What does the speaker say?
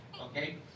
okay